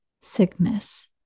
sickness